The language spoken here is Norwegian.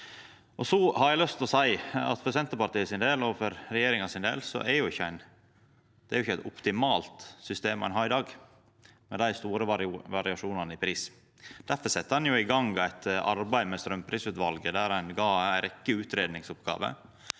for Senterpartiet og regjeringa sin del er det ikkje eit optimalt system ein har i dag, med dei store variasjonane i pris. Difor sette ein i gang eit arbeid med straumprisutvalet, der ein gav ei rekkje utgreiingsoppgåver.